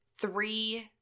three